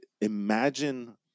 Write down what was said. imagine